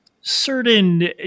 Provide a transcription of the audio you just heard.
certain